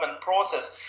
process